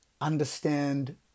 understand